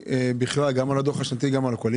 גם על הדוח השנתי וגם על הכול.